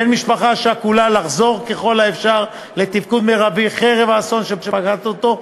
המשפחה השכולה לחזור ככל האפשר לתפקוד מרבי חרף האסון שפקד אותו,